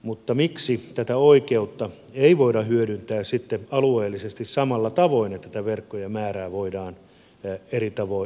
mutta miksi tätä oikeutta ei voida hyödyntää sitten alueellisesti samalla tavoin että tätä verkkojen määrää voidaan eri tavoin hyödyntää